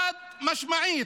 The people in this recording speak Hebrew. חד-משמעית.